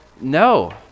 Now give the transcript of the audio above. No